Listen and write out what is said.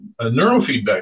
neurofeedback